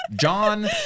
John